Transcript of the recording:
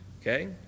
okay